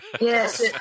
Yes